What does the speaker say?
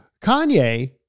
kanye